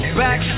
back